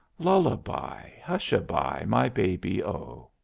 lull-a-by! hush-a-by, my baby o.